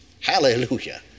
Hallelujah